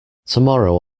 tomorrow